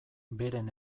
beren